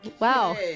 wow